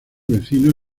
vecino